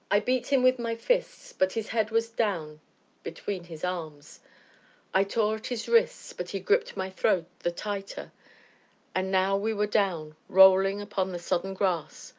i beat him with my fists, but his head was down between his arms i tore at his wrists, but he gripped my throat the tighter and now we were down, rolling upon the sodden grass,